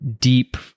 deep